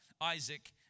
Isaac